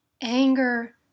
Anger